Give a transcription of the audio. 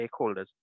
stakeholders